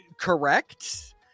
correct